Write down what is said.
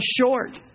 short